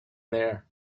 there